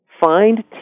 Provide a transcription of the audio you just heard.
find